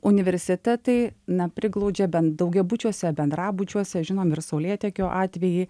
universitetai na priglaudžia bent daugiabučiuose bendrabučiuose žinom ir saulėtekio atvejį